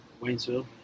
Waynesville